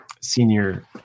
senior